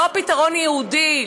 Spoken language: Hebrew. לא פתרון יהודי,